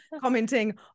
commenting